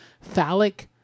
phallic